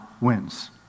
wins